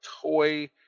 toy